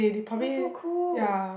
why so cool